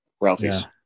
Ralphie's